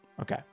Okay